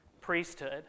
priesthood